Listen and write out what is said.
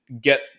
get